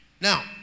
Now